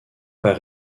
pas